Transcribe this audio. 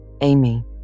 Amy